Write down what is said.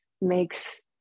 makes